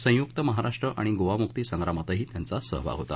संयुक्त महाराष्ट्र आणि गोवा मुक्ती संग्रामातही त्यांचा सहभाग होता